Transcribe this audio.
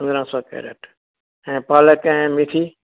अरड़हां सौ कैरेट ऐं पालक ऐं मेथी